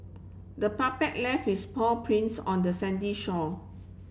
the puppy left its paw prints on the sandy shore